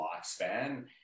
lifespan